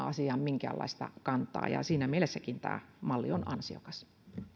asiaan minkäänlaista kantaa siinäkin mielessä tämä malli on ansiokas